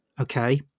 okay